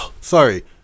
Sorry